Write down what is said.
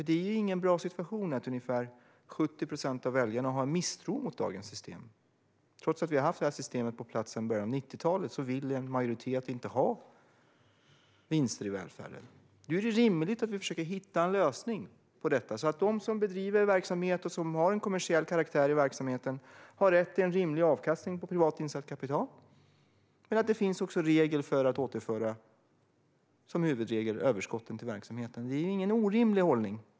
Det är ingen bra situation att ungefär 70 procent av väljarna har en misstro mot dagens system. Trots att vi har haft systemet på plats sedan början av 90-talet vill en majoritet inte ha vinster i välfärden. Då är det rimligt att vi försöker hitta en lösning på detta, så att de som bedriver verksamhet och som har en kommersiell karaktär i verksamheten har rätt till en rimlig avkastning på privat insatt kapital. Men som huvudregel ska överskotten återföras till verksamheten. Det är ingen orimlig hållning.